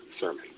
sermon